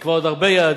נקבע עוד הרבה יעדים,